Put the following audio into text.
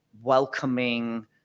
welcoming